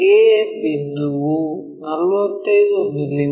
a ಬಿಂದುವು 45 ಮಿ